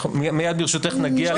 מיד ברשותך נגיע לתקנות עצמן.